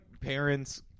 parents